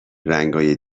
رنگای